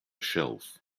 shelf